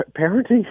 parenting